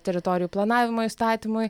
teritorijų planavimo įstatymui